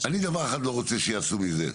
אני דבר אחד לא רוצה שיעשו מזה,